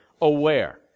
aware